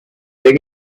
they